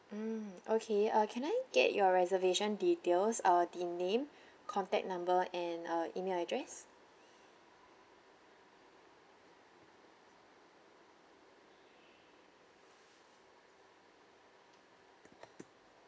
mm okay uh can I get your reservation details uh the name contact number and uh email address